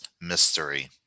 mystery